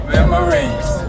Memories